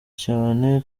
cyane